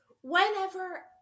whenever